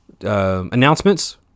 announcements